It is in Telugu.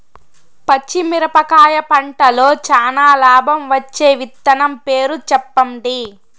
పచ్చిమిరపకాయ పంటలో చానా లాభం వచ్చే విత్తనం పేరు చెప్పండి?